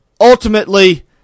Ultimately